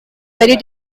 very